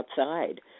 outside